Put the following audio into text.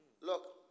Look